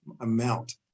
amount